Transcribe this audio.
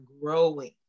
growing